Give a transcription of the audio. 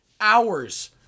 hours